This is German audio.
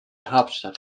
hauptstadt